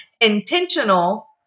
intentional